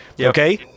okay